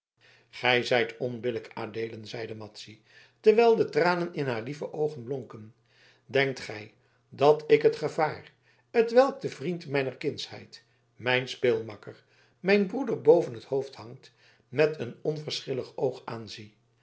gij zijt onbillijk adeelen zeide madzy terwijl de tranen in haar lieve oogen blonken denkt gij dat ik het gevaar t welk den vriend mijner kindsheid mijn speelmakker mijn broeder boven het hoofd hangt met een onverschillig oog aanzie